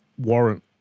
warrant